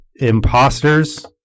imposters